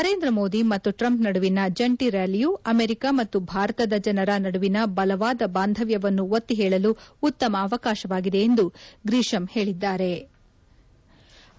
ನರೇಂದ್ರ ಮೋದಿ ಮತ್ತು ಟ್ರಂಪ್ ನಡುವಿನ ಜಂಟಿ ಕ್ಕಾಲಿಯು ಅಮೆರಿಕ ಮತ್ತು ಭಾರತದ ಜನರ ನಡುವಿನ ಬಲವಾದ ಬಾಂಧವ್ಯವನ್ನು ಒತ್ತಿ ಹೇಳಲು ಉತ್ತಮ ಅವಕಾಶವಾಗಿದೆ ಎಂದು ಗ್ರೀಶಮ್ ಹೇಳದ್ದಾರೆ